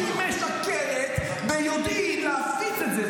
-- ביודעין שהיא משקרת, ביודעין, ולהפיץ את זה.